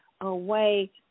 away